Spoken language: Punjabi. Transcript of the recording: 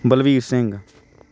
ਬਲਵੀਰ ਸਿੰਘ